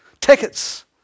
Tickets